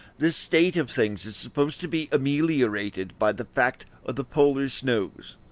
this state of things is supposed to be ameliorated by the fact of the polar snows,